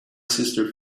sister